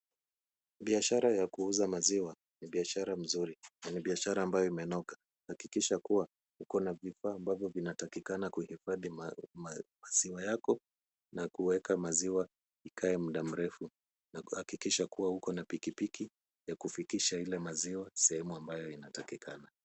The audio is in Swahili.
Biashara ya kuuza maziwa ni biashara mzuri na ni biashara ambayo imenoga. Hakikisha kuwa, uko na vifaa ambavyo vinatakikana kuhifadhi maziwa yako na kuweka maziwa ikae muda mrefu. Na hakikisha kuwa uko na pikipiki ya kufikisha ile maziwa sehemu ambayo inatakikana.